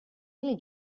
only